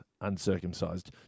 uncircumcised